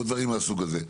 או דברים מהסוג הזה.